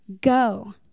Go